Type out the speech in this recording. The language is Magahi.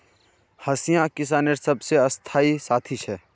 हंसिया किसानेर सबसे स्थाई साथी छे